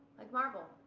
like marble.